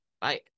Bye